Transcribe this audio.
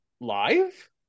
live